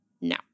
No